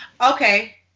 Okay